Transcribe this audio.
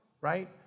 right